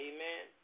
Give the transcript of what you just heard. Amen